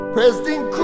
President